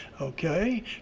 okay